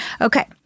Okay